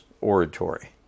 oratory